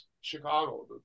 Chicago